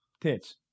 tits